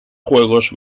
juegos